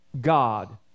God